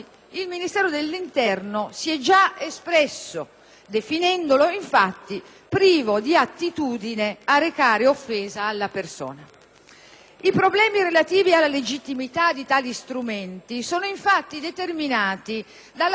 definendolo infatti privo di «attitudine a recare offesa alla persona». I problemi relativi alla legittimità di tali strumenti sono, infatti, determinati dalla complessità della legge n. 110 del 1975